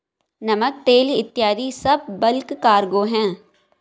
नमक, तेल इत्यादी सब बल्क कार्गो हैं